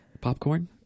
Popcorn